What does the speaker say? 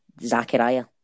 Zachariah